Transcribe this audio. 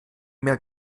mehr